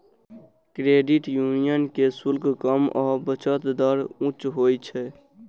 credit union के शुल्क कम आ बचत दर उच्च होइ छै